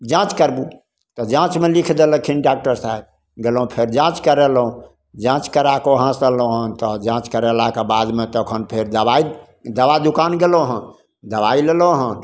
जाँच करबू तऽ जाँचमे लिखि देलखिन डॉकटर साहेब गेलहुँ फेर जाँच करेलहुँ जाँच कराके वहाँसे अनलहुँ हँ तऽ जाँच करेलाके बादमे तखन फेर दवाइ दवा दोकान गेलहुँ हँ दवाइ लेलहुँ हँ